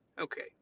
Okay